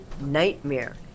nightmare